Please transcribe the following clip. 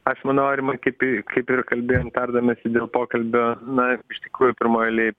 aš manau aurimai kaip i kaip ir kalbėjom tardamiesi dėl pokalbio na iš tikrųjų pirmoj eilėj